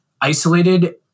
isolated